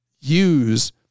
use